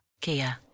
Kia